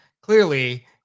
Clearly